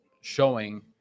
showing